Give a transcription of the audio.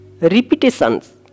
repetitions